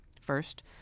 First